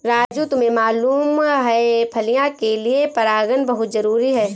राजू तुम्हें मालूम है फलियां के लिए परागन बहुत जरूरी है